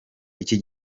iki